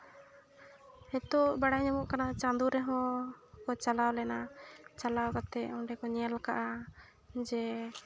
ᱱᱤᱛᱳᱜ ᱵᱟᱲᱟᱭ ᱧᱟᱢᱚᱜ ᱠᱟᱱᱟ ᱪᱟᱸᱫᱚ ᱨᱮᱦᱚᱸ ᱠᱚ ᱪᱟᱞᱟᱣ ᱞᱮᱱᱟ ᱪᱟᱞᱟᱣ ᱠᱟᱛᱮ ᱚᱸᱰᱮ ᱠᱚ ᱧᱮᱞ ᱠᱟᱜᱼᱟ ᱡᱮ